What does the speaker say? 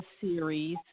series